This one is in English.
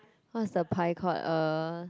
what is the 牌 called uh